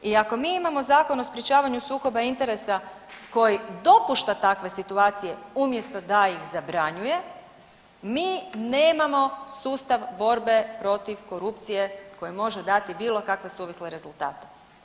I ako mi imamo Zakon o sprječavanju sukoba interesa koji dopušta takve situacije umjesto da ih zabranjuje, mi nemamo sustav borbe protiv korupcije koji može dati bilo kakve suvisle rezultate.